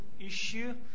issue